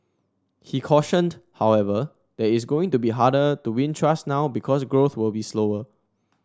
he cautioned however that is going to be harder to win trust now because growth will be slower